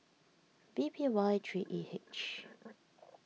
V P Y three E H